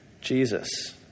Jesus